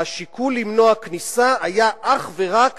והשיקול למנוע כניסה היה אך ורק